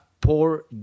poor